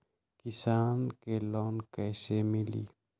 किसान के लोन कैसे मिली?